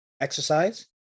exercise